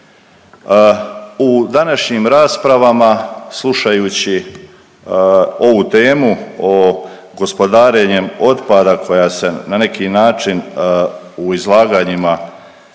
U današnjim raspravama slušajući ovu temu o gospodarenjem otpada koja se na neki način u izlaganjima